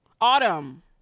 Autumn